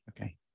Okay